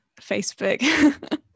Facebook